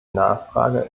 nachfrage